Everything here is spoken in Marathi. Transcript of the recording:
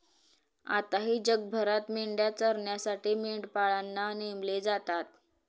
आताही जगभरात मेंढ्या चरण्यासाठी मेंढपाळांना नेमले जातात